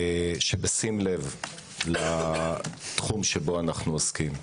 שבשים לב לתחום שבו אנו עוסקים,